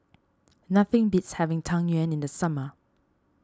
nothing beats having Tang Yuen in the summer